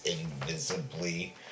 invisibly